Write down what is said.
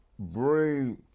bring